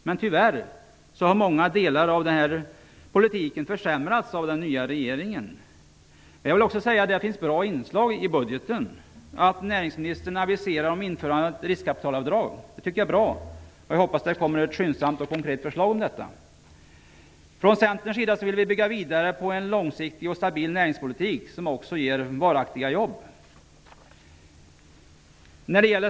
Men tyvärr har många delar av den politiken försämrats av den nya regeringen. Det finns också bra inslag i budgeten. Att näringsministern aviserar införande av riskkapitalavdrag är bra. Jag hoppas att det skyndsamt kommer ett konkret förslag om detta. Från Centerns sida vill vi bygga vidare på en långsiktig och stabil näringspolitik, som också ger varaktiga jobb.